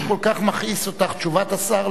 אם כל כך מכעיסה אותך תשובת השר,